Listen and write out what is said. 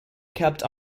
kept